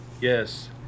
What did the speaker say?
yes